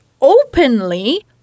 openly